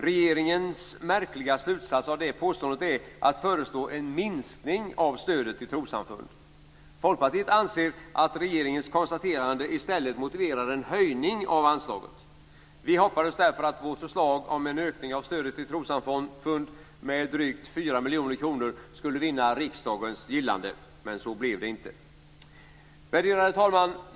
Regeringens märkliga slutsats av det påståendet är att föreslå en minskning av stödet till trossamfund. Folkpartiet anser att regeringens konstaterande i stället motiverar en höjning av anslaget. Vi hoppades därför att vårt förslag om en ökning av stödet till trossamfund med drygt 4 miljoner kronor skulle vinna riksdagens gillande, men så blev det inte. Värderade talman!